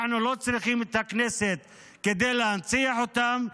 אנחנו לא צריכים את הכנסת כדי להנציח אותם,